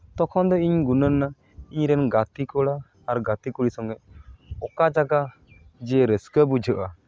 ᱛᱚᱠᱷᱚᱱ ᱫᱚ ᱤᱧ ᱜᱩᱱᱟᱹᱱ ᱮᱱᱟ ᱤᱧᱨᱮᱱ ᱜᱟᱛᱮ ᱠᱚᱲᱟ ᱜᱟᱛᱮ ᱠᱩᱲᱤ ᱥᱚᱸᱜᱮ ᱚᱠᱟ ᱡᱟᱭᱜᱟ ᱡᱮ ᱨᱟᱹᱥᱠᱟᱹ ᱵᱩᱡᱷᱟᱹᱜᱼᱟ